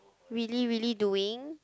really really doing